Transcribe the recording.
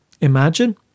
imagine